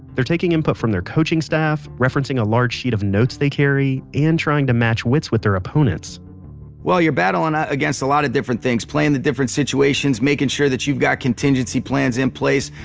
they're taking input from their coaching staff, referencing a large sheet of notes they carry, and trying to match wits with their opponents you're you're battling against a lot of different things. playing the different situations, making sure that you've got contingency plans in place.